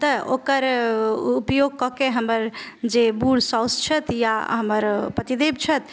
तऽ ओकर उपयोग कऽ के हमर जे बूढ़ सासु छथि या हमर पतिदेव छथि